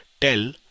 tell